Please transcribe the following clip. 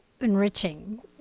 Enriching